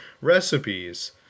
recipes